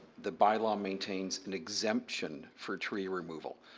the by law maintains an exemption for tree removal.